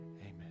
amen